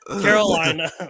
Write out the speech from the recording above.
Carolina